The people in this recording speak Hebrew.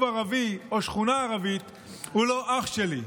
ערבי או שכונה ערבית הוא לא אח שלי.